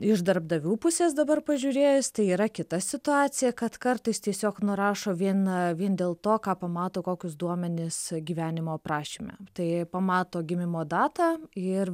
iš darbdavių pusės dabar pažiūrėjus tai yra kita situacija kad kartais tiesiog nurašo vien vien dėl to ką pamato kokius duomenis gyvenimo aprašyme tai pamato gimimo datą ir